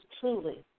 truly